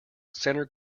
centre